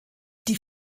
die